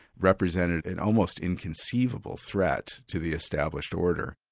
represented an almost inconceivable threat to the established order.